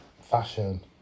Fashion